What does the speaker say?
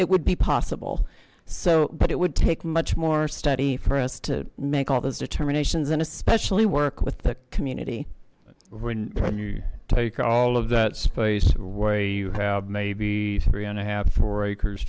it would be possible so that it would take much more study for us to make all those determinations and especially work with the community when you take all of that space way you have maybe three and a half to four acres